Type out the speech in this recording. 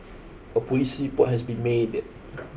a police report has been made